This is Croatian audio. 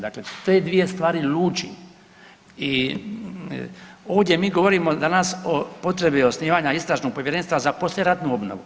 Dakle, te dvije stvari luči i ovdje mi govorimo danas o potrebi osnivanja istražnog povjerenstva za poslijeratnu obnovu.